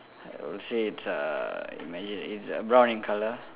I will say uh imagine it's brown in color